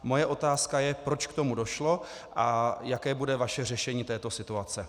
Moje otázka je, proč k tomu došlo a jaké bude vaše řešení této situace.